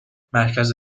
مرکز